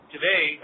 today